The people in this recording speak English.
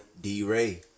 D-Ray